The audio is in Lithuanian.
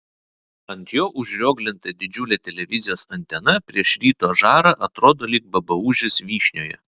ant jo užrioglinta didžiulė televizijos antena prieš ryto žarą atrodo lyg babaužis vyšnioje